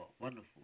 Wonderful